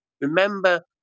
remember